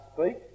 speak